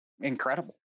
incredible